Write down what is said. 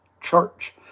Church